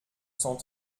cent